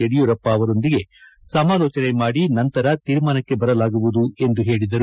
ಯದಿಯೂರಪ್ಪ ಅವರೊಂದಿಗೆ ಸಮಾಲೋಚನೆ ಮಾದಿ ನಂತರ ತೀರ್ಮಾನಕ್ಕೆ ಬರಲಾಗುವುದು ಎಂದು ಹೇಳಿದರು